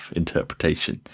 interpretation